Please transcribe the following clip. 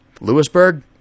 Lewisburg